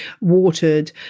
watered